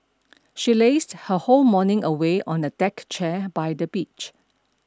she lazed her whole morning away on a deck chair by the beach